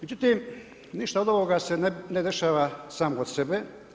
Međutim, ništa od ovoga se ne dešava samo od sebe.